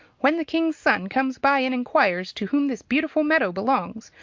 when the king's son comes by and inquires to whom this beautiful meadow belongs,